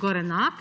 Gorenak,